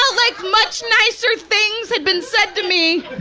ah like much nicer things had been said to me